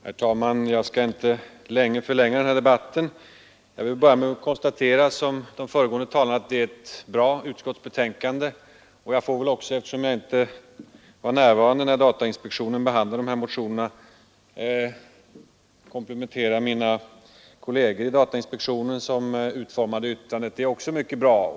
Herr talman! Jag skall inte förlänga denna debatt särskilt mycket. I likhet med tidigare talare konstaterar jag att detta är ett bra utskottsbetänkande, och eftersom jag inte var närvarande när datainspektionen behandlade de motioner det här gäller vill jag också komplimen tera mina kolleger i datainspektionen som utformade yttrandet. Det är också mycket bra.